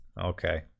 Okay